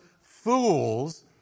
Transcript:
fools